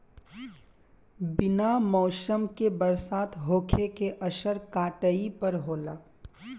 बिना मौसम के बरसात होखे के असर काटई पर होला